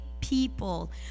people